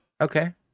Okay